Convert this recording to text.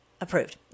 approved